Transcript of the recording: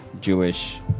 Jewish